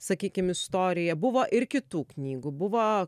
sakykim istorija buvo ir kitų knygų buvo